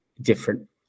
different